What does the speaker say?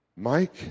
Mike